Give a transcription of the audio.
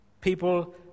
People